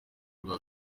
rwa